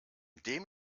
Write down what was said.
dem